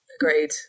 Agreed